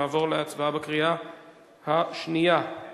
אנחנו נעבור להצבעה בקריאה השנייה,